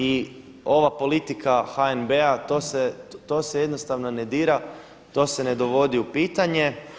I ova politika HNB-a to se jednostavno ne dira, to se ne dovodi u pitanje.